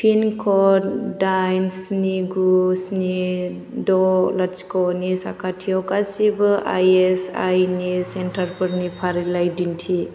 पिनक'ड दाइन स्नि गु स्नि द' लाथिख'नि साखाथियाव गासिबो आइएसआइनि सेन्टारफोरनि फारिलाइ दिन्थि